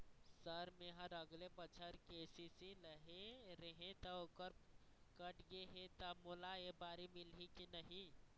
Sir मेहर अगले बछर के.सी.सी लेहे रहें ता ओहर कट गे हे ता मोला एबारी मिलही की नहीं?